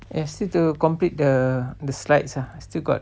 yes need to complete the the slides lah still got